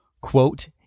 quote